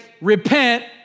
Repent